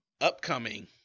upcoming